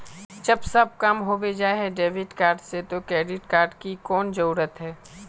जब सब काम होबे जाय है डेबिट कार्ड से तो क्रेडिट कार्ड की कोन जरूरत है?